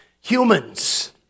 humans